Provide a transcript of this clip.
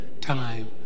time